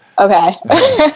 Okay